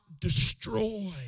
destroy